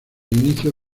inicio